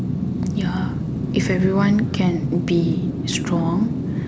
ya if everyone can be strong